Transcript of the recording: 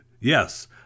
Yes